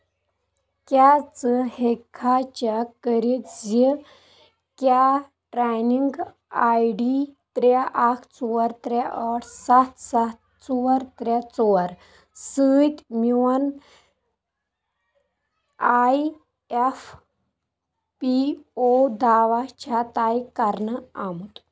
کیٛاہ ژٕ ہیٚککھا چیک کٔرتھ زِ کیٛاہ ٹرٛینِنٛگ آی ڈی ترٛےٚ اکھ ژور ترٛےٚ ٲٹھ سَتھ سَتھ ژور ترٛےٚ ژور سۭتۍ میون آی ایف پی او دعویٰ چھا طے کَرنہٕ آمُت